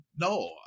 no